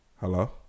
Hello